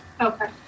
Okay